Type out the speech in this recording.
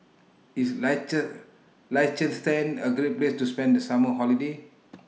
IS Liechtenstein A Great Place to spend The Summer Holiday